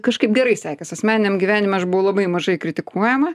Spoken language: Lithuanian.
kažkaip gerai sekės asmeniniam gyvenime aš buvau labai mažai kritikuojama